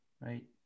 right